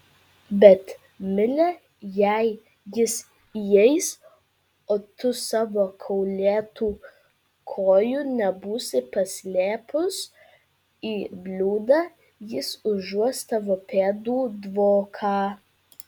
bet mile jei jis įeis o tu savo kaulėtų kojų nebūsi paslėpus į bliūdą jis užuos tavo pėdų dvoką